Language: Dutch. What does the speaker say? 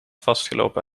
vastgelopen